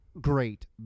Great